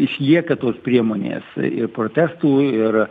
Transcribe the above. išlieka tos priemonės ir protestų ir